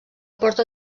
porta